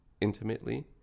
intimately